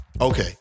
Okay